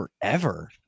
forever